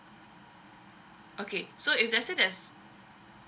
okay so if let's say there's